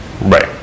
Right